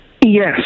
Yes